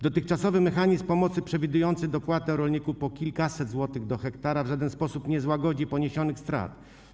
Dotychczasowy mechanizm pomocy przewidujący dopłatę dla rolników po kilkaset złotych do 1 ha w żaden sposób nie złagodzi poniesionych strat.